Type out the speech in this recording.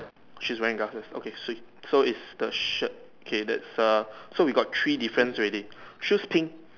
she's wearing glasses okay swee so it's the shirt okay that's err so we got three difference already choose pink